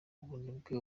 ubunebwe